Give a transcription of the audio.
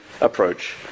approach